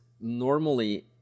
normally